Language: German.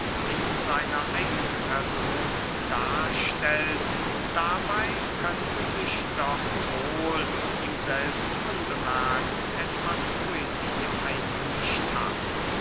in seiner eigenen person darstellt dabey könnte sich doch wohl ihm selbst unbemerkt etwas poesie eingemischt haben